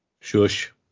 Shush